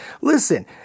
Listen